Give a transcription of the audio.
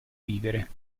vivere